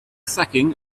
sacking